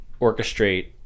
orchestrate